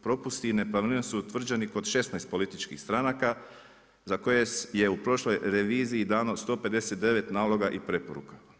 Propusti i nepravilnosti su utvrđeni kod 16 političkih stranaka za koje je u prošloj reviziji dano 159 naloga i preporuka.